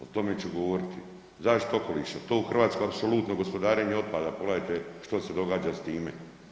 O tome ću govoriti, zaštita okoliša, to u Hrvatskoj apsolutno, gospodarenje otpada, pogledajte što se događa s time.